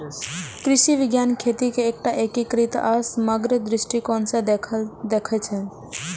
कृषि विज्ञान खेती कें एकटा एकीकृत आ समग्र दृष्टिकोण सं देखै छै